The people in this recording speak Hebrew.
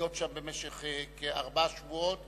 להיות שם במשך כארבעה שבועות